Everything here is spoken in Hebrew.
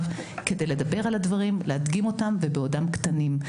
כדי לדבר על הדברים ולהדגים אותם ובעודם קטנים.